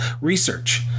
research